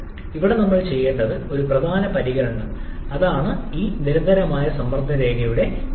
നമ്മൾ ഇവിടെ ചെയ്യേണ്ട ഒരു പ്രധാന പരിഗണന അതാണ് ഈ നിരന്തരമായ സമ്മർദ്ദരേഖയുടെ ചരിവ്